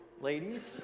ladies